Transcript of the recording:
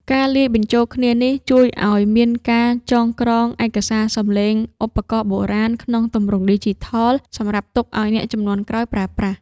ការលាយបញ្ចូលគ្នានេះជួយឱ្យមានការចងក្រងឯកសារសំឡេងឧបករណ៍បុរាណក្នុងទម្រង់ឌីជីថល សម្រាប់ទុកឱ្យអ្នកជំនាន់ក្រោយប្រើប្រាស់។